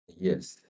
yes